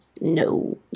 No